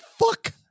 fuck